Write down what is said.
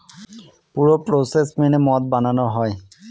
পুরো প্রসেস মেনে মদ বানানো হয়